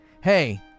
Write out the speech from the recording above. hey